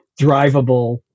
drivable